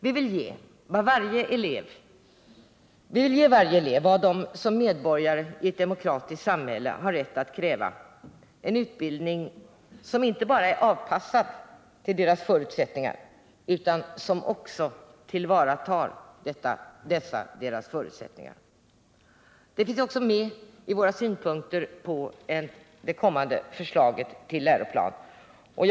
Vi vill ge alla elever vad de som medborgare i ett demokratiskt samhälle har rätt att kräva, en utbildning som inte bara är avpassad till deras förutsättningar utan som också tillvaratar dessa förutsättningar. Detta finns också med i våra synpunkter på förslaget till kommande läroplan.